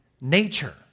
nature